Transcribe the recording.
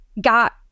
got